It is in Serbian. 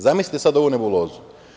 Zamislite sad ovu nebulozu.